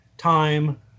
time